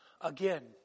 again